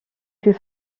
plus